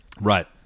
Right